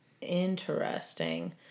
Interesting